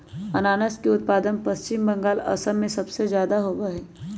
अनानस के उत्पादन पश्चिम बंगाल, असम में सबसे ज्यादा होबा हई